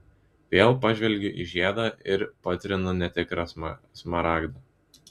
vėl pažvelgiu į žiedą ir patrinu netikrą smaragdą